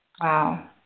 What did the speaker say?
Wow